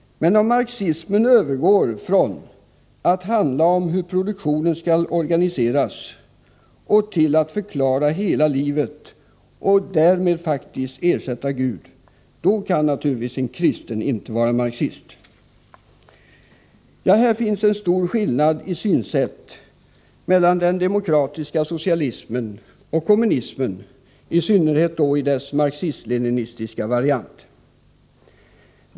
Men om marxismen övergår från att handla om hur produktionen skall organiseras till att ge sig ut för att förklara hela livet och därmed faktiskt ersätta Gud, då kan en kristen naturligtvis inte vara marxist. Här finns en klar skillnad i synsätt mellan den demokratiska socialismen och kommunismen, i synnerhet då i dess marxist-leninistiska variant.